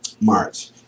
March